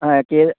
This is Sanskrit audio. आं कियत्